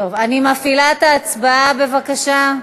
אני מפעילה את ההצבעה, בבקשה.